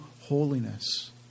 holiness